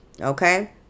Okay